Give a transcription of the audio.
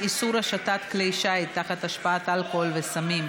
איסור השטת כלי שיט תחת השפעת אלכוהול וסמים),